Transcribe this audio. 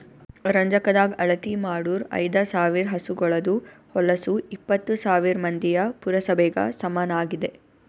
ರಂಜಕದಾಗ್ ಅಳತಿ ಮಾಡೂರ್ ಐದ ಸಾವಿರ್ ಹಸುಗೋಳದು ಹೊಲಸು ಎಪ್ಪತ್ತು ಸಾವಿರ್ ಮಂದಿಯ ಪುರಸಭೆಗ ಸಮನಾಗಿದೆ